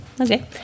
Okay